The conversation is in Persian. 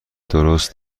درست